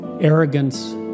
arrogance